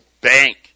bank